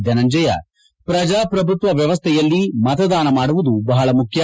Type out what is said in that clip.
ಧನಂಜಯ ಪ್ರಜಾಪ್ರಭುತ್ವ ವ್ಯವಸ್ಥೆಯಲ್ಲಿ ಮತದಾನ ಮಾಡುವುದು ಬಹಳ ಮುಖ್ಯ